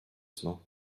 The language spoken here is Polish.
snu